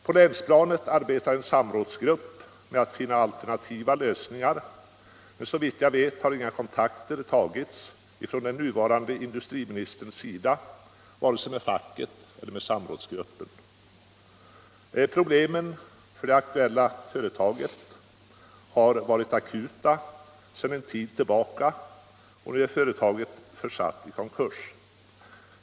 På länsplanet arbetar en samrådsgrupp med att finna alternativa lösningar, men såvitt jag vet har inga kontakter tagits från den nuvarande industriministerns sida vare sig med facket eller med samrådsgruppen. Problemen för det aktuella företaget har varit akuta en tid, och nu är företaget försatt i konkurs.